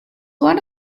one